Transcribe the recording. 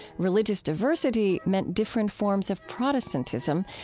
religious diversity meant different forms of protestantism.